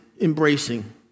embracing